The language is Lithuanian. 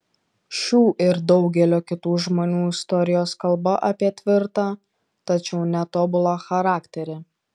šių ir daugelio kitų žmonių istorijos kalba apie tvirtą tačiau netobulą charakterį